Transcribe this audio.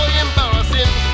embarrassing